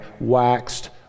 waxed